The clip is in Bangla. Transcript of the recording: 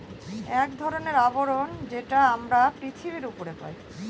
এক ধরনের আবরণ যেটা আমরা পৃথিবীর উপরে পাই